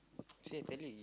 say friendly